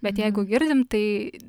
bet jeigu girdim tai